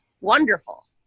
wonderful